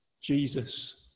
Jesus